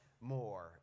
more